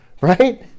right